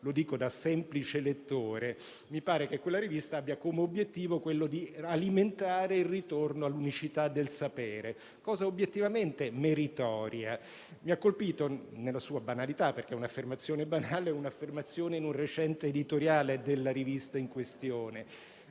(lo dico da semplice lettore). Mi pare che quella rivista abbia come obiettivo quello di alimentare il ritorno all'unicità del sapere, cosa obiettivamente meritoria. Mi ha colpito, nella sua banalità, un'affermazione in un recente editoriale della rivista in questione,